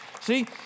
See